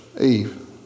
Eve